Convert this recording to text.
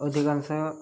ଅଧିକାଂଶ